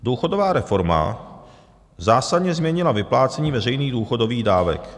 Důchodová reforma zásadně změnila vyplácení veřejných důchodových dávek.